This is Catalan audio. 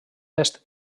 est